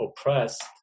oppressed